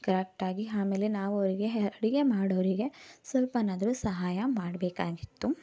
ಕರೆಕ್ಟಾಗಿ ಆಮೇಲೆ ನಾವು ಅವರಿಗೆ ಹೇ ಅಡುಗೆ ಮಾಡೋರಿಗೆ ಸಲ್ಪವಾದ್ರೂ ಸಹಾಯ ಮಾಡಬೇಕಾಗಿತ್ತು